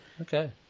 okay